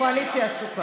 הקואליציה עסוקה.